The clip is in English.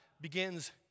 begins